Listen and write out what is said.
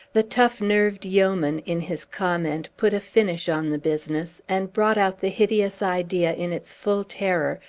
the tough-nerved yeoman, in his comment, put a finish on the business, and brought out the hideous idea in its full terror,